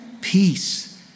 Peace